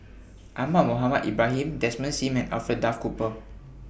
Ahmad Mohamed Ibrahim Desmond SIM and Alfred Duff Cooper